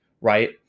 right